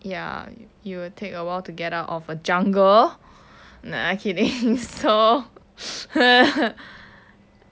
ya you will take a while to get out of a jungle nah kidding so haha